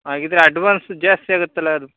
ಹಾಗಿದ್ರೆ ಅಡ್ವಾನ್ಸ್ ಜಾಸ್ತಿ ಆಗುತ್ತಲ್ಲ ಅದು